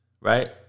right